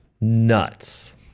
nuts